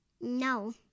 No